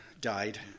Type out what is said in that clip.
died